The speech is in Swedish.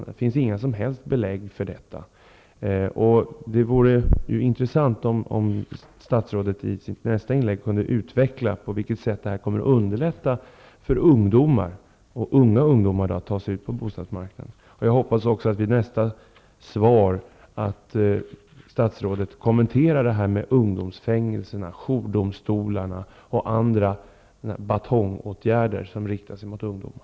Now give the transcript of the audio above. Men det finns inga som helst belägg för detta. Det vore intressant om statsrådet i sitt nästa inlägg utvecklade på vilket sätt man tänker underlätta för ungdomar att ta sig ut på bostadsmarknaden. Jag hoppas också att statsrådet vid nästa inlägg redovisar sin syn på det här med ungdomsfängelser, jourdomstolar och olika batongåtgärder riktade mot ungdomar.